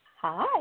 Hi